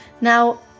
Now